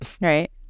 right